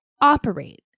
operate